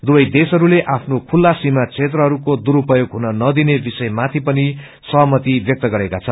दुवै देशहरूले आफ्नो खुल्ला सीमाक्षेत्रहरूको दुरूपोग हुन नदिने विषयमाथि पनि सहमति व्यक्त गरेका छन्